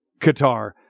Qatar